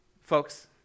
Folks